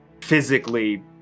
physically